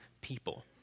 people